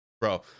bro